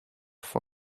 for